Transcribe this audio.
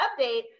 update